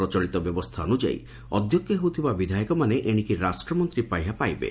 ପ୍ରଚଳିତ ବ୍ୟବସ୍ଷା ଅନୁଯାୟୀ ଅଧ୍ୟକ୍ଷ ହେଉଥିବା ବିଧାୟକମାନେ ଏଶିକି ରାଷ୍ଟ୍ରମନ୍ତ୍ରୀ ପାହ୍ୟା ପାଇବେ